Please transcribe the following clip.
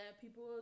people